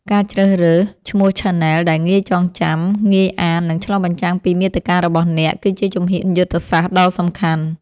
ការជ្រើសរើសឈ្មោះឆានែលដែលងាយចងចាំ ងាយអាន និងឆ្លុះបញ្ចាំងពីមាតិការបស់អ្នក គឺជាជំហានយុទ្ធសាស្ត្រដ៏សំខាន់។